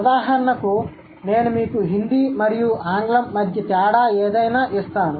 ఉదాహరణకు నేను మీకు హిందీ మరియు ఆంగ్లం మధ్య తేడా ఏదైనా ఇస్తాను